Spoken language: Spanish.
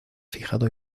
fijado